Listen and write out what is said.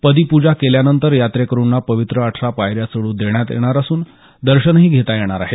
पदी पूजा केल्यानंतर यात्रेकरूंना पवित्र अठरा पायऱ्या चढू देण्यात येणार असून दर्शनही घेता येणार आहे